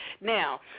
Now